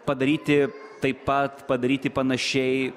padaryti taip pat padaryti panašiai